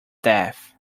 death